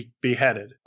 beheaded